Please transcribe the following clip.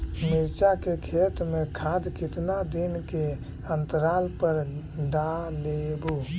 मिरचा के खेत मे खाद कितना दीन के अनतराल पर डालेबु?